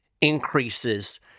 increases